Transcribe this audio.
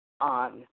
on